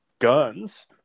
guns